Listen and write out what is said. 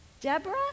Deborah